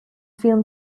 film